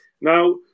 Now